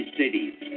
cities